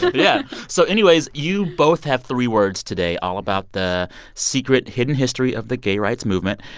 yeah. so anyways, you both have three words today all about the secret, hidden history of the gay rights movement.